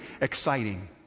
exciting